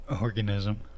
Organism